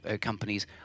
companies